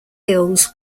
hills